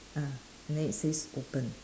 ah and then it says open